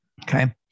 Okay